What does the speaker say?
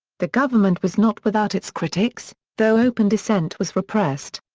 the government was not without its critics, though open dissent was repressed.